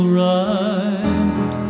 right